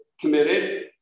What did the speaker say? committed